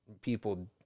people